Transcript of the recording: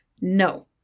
No